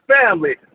family